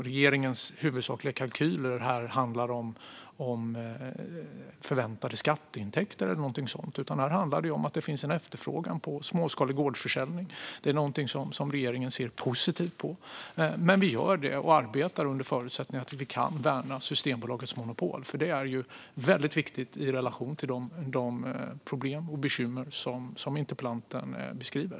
Regeringens huvudsakliga kalkyler handlar inte om förväntade skatteintäkter eller någonting sådant, utan det handlar om att det finns en efterfrågan på småskalig gårdsförsäljning. Det är någonting som regeringen ser positivt på samtidigt som vi arbetar under förutsättningen att vi kan värna Systembolagets monopol, som är väldigt viktigt i relation till de problem och bekymmer som interpellanten beskriver.